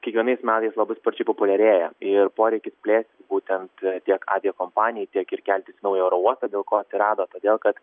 kiekvienais metais labai sparčiai populiarėja ir poreikis plėstis būtent tiek aviakompanijai tiek ir keltis į naują oro uostą dėl ko atsirado todėl kad